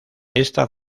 esta